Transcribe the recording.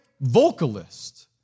vocalist